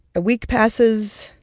a week passes,